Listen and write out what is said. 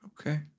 Okay